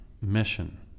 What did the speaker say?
mission